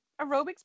aerobics